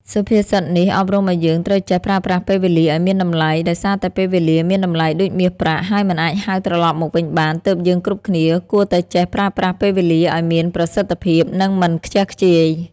សុភាសិតនេះអប់រំអោយយើង ត្រូវចេះប្រើប្រាស់ពេលវេលាឲ្យមានតម្លៃ ដោយសារតែពេលវេលាមានតម្លៃដូចមាសប្រាក់ ហើយមិនអាចហៅត្រឡប់មកវិញបាន ទើបយើងគ្រប់គ្នាគួរតែចេះប្រើប្រាស់ពេលវេលាឲ្យមានប្រសិទ្ធភាព និងមិនខ្ជះខ្ជាយ។